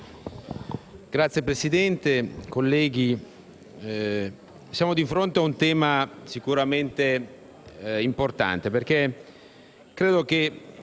Signora Presidente, colleghi, siamo di fronte a un tema sicuramente importante,